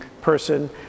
person